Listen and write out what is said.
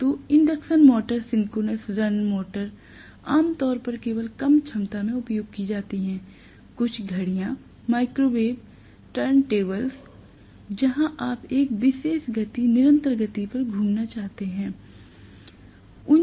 तो induction start synchronous run motors आमतौर पर केवल कम क्षमता में उपयोग की जाती हैं कुछ घड़ियां माइक्रोवेव टर्नटेबल्स जहां आप एक विशेष गति निरंतर गति पर घूमना चाहते थे